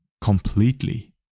completely